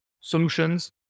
solutions